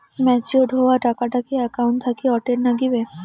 Matured হওয়া টাকাটা কি একাউন্ট থাকি অটের নাগিবে?